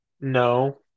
No